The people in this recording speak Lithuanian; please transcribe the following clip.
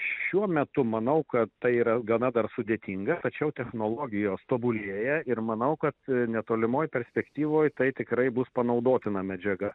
šiuo metu manau kad tai yra gana dar sudėtinga tačiau technologijos tobulėja ir manau kad netolimoj perspektyvoj tai tikrai bus panaudotina medžiaga